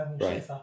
right